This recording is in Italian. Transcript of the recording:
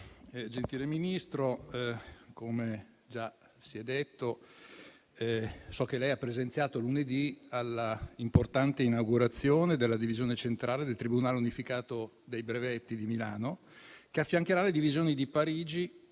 Gentile Ministro - come già si è detto - so che lei ha presenziato lunedì alla importante inaugurazione della divisione centrale del tribunale unificato dei brevetti di Milano, che affiancherà le divisioni di Parigi